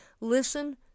listen